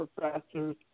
professors